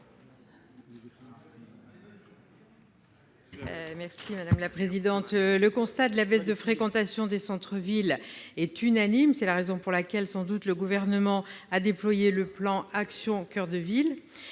Mme Élisabeth Lamure. Le constat de la baisse de fréquentation des centres-villes est unanime. C'est la raison pour laquelle le Gouvernement a déployé le plan « Action coeur de ville